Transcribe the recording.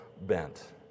bent